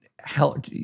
help